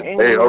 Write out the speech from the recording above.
hey